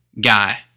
guy